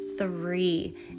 three